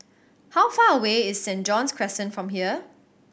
how far away is Saint John's Crescent from here